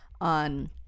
on